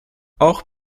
auch